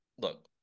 look